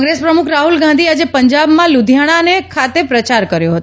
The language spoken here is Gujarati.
કોંગ્રેસ પ્રમૂખ રાહલ ગાંદીએ આજે પંજાબમાં લુધિયાણા ખાતે પ્રચાર કર્યો હતો